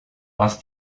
was